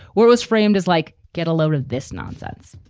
where it was framed as like, get a load of this nonsense.